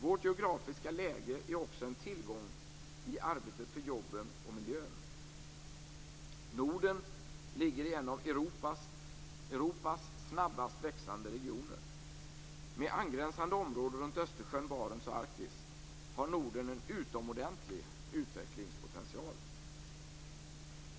Vårt geografiska läge är också en tillgång i arbetet för jobben och miljön. Norden ligger i en av Europas snabbast växande regioner. Men angränsande områden runt Östersjön, Barents och Arktis har Norden en utomordentlig utvecklingspotential.